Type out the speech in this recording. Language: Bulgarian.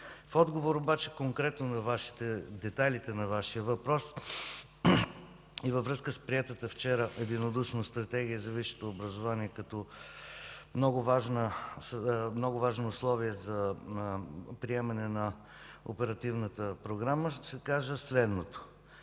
В отговор обаче конкретно на детайлите на Вашия въпрос и във връзка с приетата вчера единодушно Стратегия за висшето образование като много важно условие за приемане на оперативната програма, ще кажа следното.